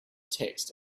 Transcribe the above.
text